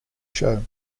show